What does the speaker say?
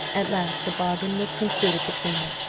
at last, a bargain was concluded between them,